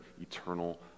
eternal